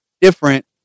different